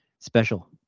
special